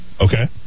Okay